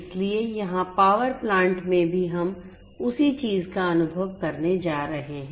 इसलिए यहां power plant में भी हम उसी चीज का अनुभव करने जा रहे हैं